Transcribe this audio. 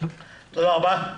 תודה רבה.